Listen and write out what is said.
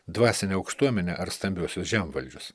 dvasinę aukštuomenę ar stambiuosius žemvaldžius